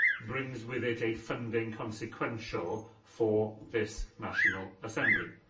brings with it a funding consequential for this national assembly.